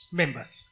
members